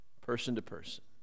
person-to-person